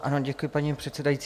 Ano, děkuji paní předsedající.